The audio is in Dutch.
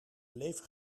leven